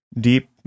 deep